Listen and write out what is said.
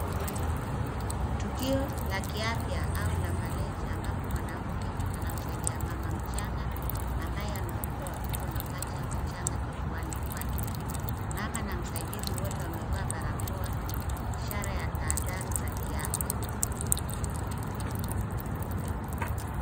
Tukio la kiafya au la malezi ambapo mwanamke anamsaidia mama mchanga ambaye amewabeba watoto mapacha wachanga kifuani kwake. Mama na msaidizi wote wamevaa barakoa, ishara ya tahadhari za kiafya.